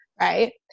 right